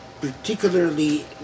particularly